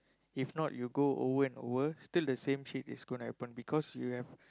if not you go over and over still the same shit is gonna happen because you have